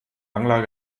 angler